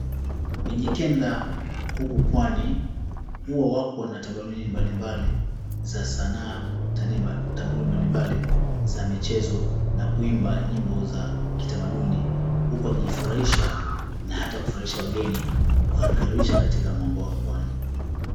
Mijikenda huku Pwani huwa wakona tamaduni mbalimbali za sanaa, tamaduni mbalimbali za michezo na kuimba nyimbo za kitamaduni huku wakijifurahisha na hata kuwafurahisha wageni kuwakaribisha katika mwambao wa Pwani.